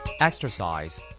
Exercise